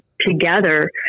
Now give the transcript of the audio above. together